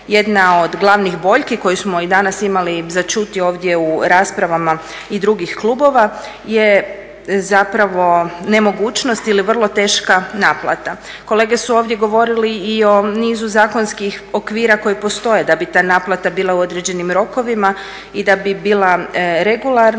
Jedna od glavnih boljki koju smo i danas imali za čuti ovdje u raspravama i drugih klubova je zapravo nemogućnost ili vrlo teška naplata. Kolege su ovdje govorili i o nizu zakonskih okvira koji postoje da bi ta naplata bila u određenim rokovima i da bi bila regularna.